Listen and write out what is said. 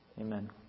Amen